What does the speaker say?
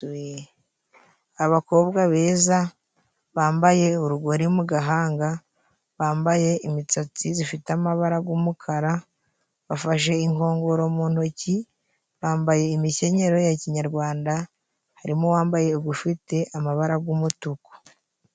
Abakobwa beza bambaye urugori mu gahanga bambaye imisatsi zifite amabara g'umukara bafashe inkongoro mu ntoki bambaye imikenyero ya kinyarwanda harimo uwambaye ugufite amabara g'umutuku.